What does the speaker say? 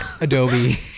Adobe